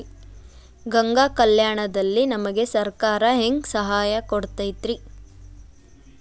ಗಂಗಾ ಕಲ್ಯಾಣ ದಲ್ಲಿ ನಮಗೆ ಸರಕಾರ ಹೆಂಗ್ ಸಹಾಯ ಕೊಡುತೈತ್ರಿ?